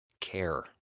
care